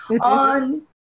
on